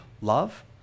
love